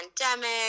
pandemic